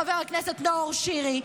חבר הכנסת נאור שירי,